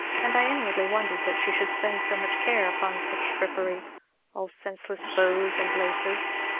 and i inwardly wondered that she should spend so much care upon such frippery all senseless bows and laces.